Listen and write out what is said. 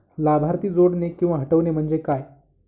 लाभार्थी जोडणे किंवा हटवणे, म्हणजे काय?